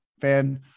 fan